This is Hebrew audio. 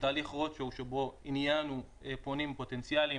תהליך Road Show, שבו עניינו פונים פוטנציאליים.